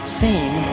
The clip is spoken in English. seen